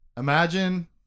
Imagine